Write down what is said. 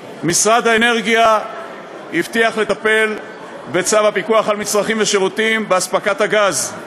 משרד האנרגיה הבטיח לטפל בצו הפיקוח על מצרכים ושירותים (אספקת גז),